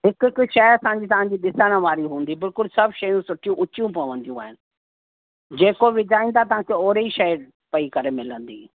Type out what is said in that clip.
हिक हिक शइ असांजी तव्हांख ॾिसण वारी हूंदी बिल्कुलु सभु शयूं सुठी उचियूं पवंदियू आहिनि जेको विझाइन था तव्हांखे ओहिड़े ई शइ ठही करे मिलंदी